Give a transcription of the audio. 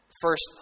first